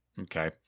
Okay